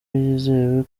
yizewe